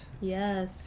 yes